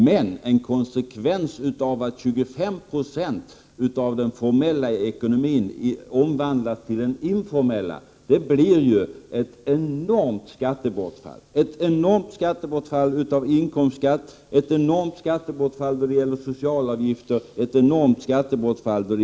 Men en konsekvens av att 25 96 av den formella ekonomin omvandlas till en informell blir ett enormt bortfall i inkomstskatt, socialavgifter och mervärdeskatt.